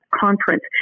conference